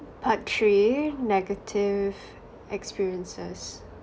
part three negative experiences